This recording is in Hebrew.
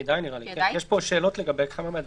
נראה לי שכדאי כי יש פה שאלות לגבי כל מיני דברים.